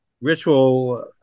ritual